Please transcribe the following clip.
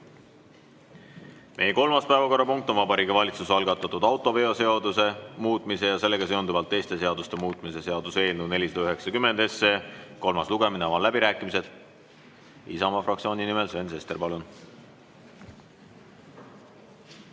Meie kolmas päevakorrapunkt on Vabariigi Valitsuse algatatud autoveoseaduse muutmise ja sellega seonduvalt teiste seaduste muutmise seaduse eelnõu 490 kolmas lugemine. Avan läbirääkimised. Isamaa fraktsiooni nimel Sven Sester, palun!